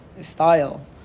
style